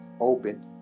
Open